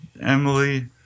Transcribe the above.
Emily